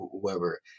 whoever